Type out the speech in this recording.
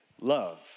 love